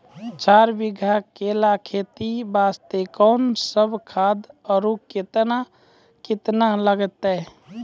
चार बीघा केला खेती वास्ते कोंन सब खाद आरु केतना केतना लगतै?